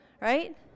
right